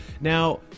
now